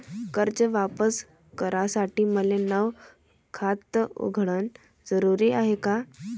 कर्ज वापिस करासाठी मले नव खात उघडन जरुरी हाय का?